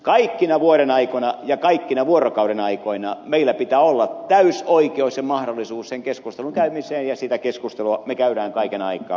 kaikkina vuodenaikoina ja kaikkina vuorokauden aikoina meillä pitää olla täysi oikeus ja mahdollisuus sen keskustelun käymiseen ja sitä keskustelua me käymme kaiken aikaa